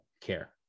care